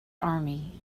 army